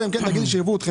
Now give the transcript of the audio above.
אלא אם כן נבין שערבו אתכם.